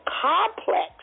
complex